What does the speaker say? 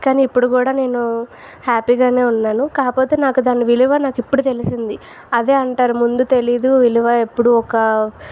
కాని ఇపుడు కూడా నేను హ్యాపీగానే ఉన్నాను కాపోతే నాకు దాని విలువ నాకు ఇపుడు తెలిసింది అదే అంటారు ముందు తెలీదు విలువ ఎపుడు ఒక